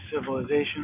civilization